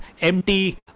empty